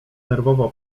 nerwowo